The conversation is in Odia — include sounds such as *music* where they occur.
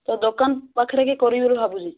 ତୋ ଦୋକାନ ପାଖରେ *unintelligible* କରିବି ବୋଲି ଭାବୁଛି